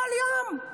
כל יום.